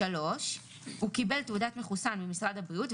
הוא קיבל תעודת מחוסן ממשרד הבריאות,